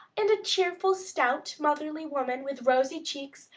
and a cheerful, stout, motherly woman, with rosy cheeks,